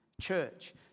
church